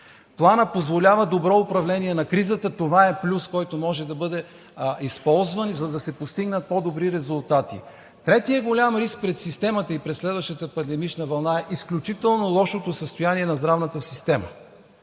Планът позволява добро управление на кризата. Това е плюс, който може да бъде използван, за да се постигнат по-добри резултати. Третият голям риск пред системата и през следващата пандемична вълна е изключително лошото състояние на здравната система.